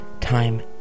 time